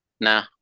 nah